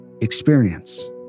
experience